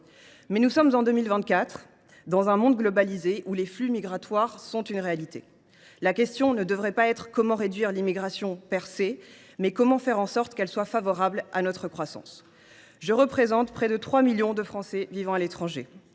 Mais nous sommes en 2024, dans un monde globalisé où les flux migratoires sont une réalité. La question devrait être non pas :« Comment réduire l’immigration ?», mais :« Comment faire en sorte qu’elle soit favorable à notre croissance ?» Je représente près de 3 millions de Français vivant à l’étranger.